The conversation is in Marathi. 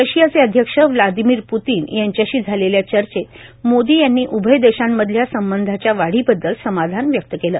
रशियाचे अध्यक्ष ब्लादिमिर पुतीन यांच्याशी झालेल्या चर्चेत मोदी यांनी उभय देशांमधल्या संबंधाच्या वाढीबद्दल समाधान व्यक्त केलं